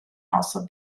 also